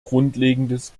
grundlegendes